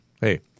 Hey